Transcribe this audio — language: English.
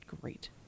great